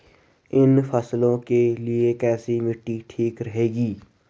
इन फसलों के लिए कैसी मिट्टी ठीक रहेगी?